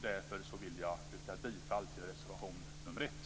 Därför vill jag yrka bifall till reservation nr 1.